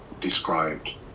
described